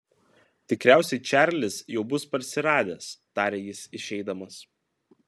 tikriausiai čarlis jau bus parsiradęs tarė jis išeidamas